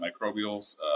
microbials